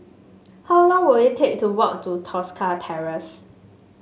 how long will it take to walk to Tosca Terrace